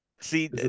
see